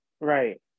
Right